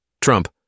Trump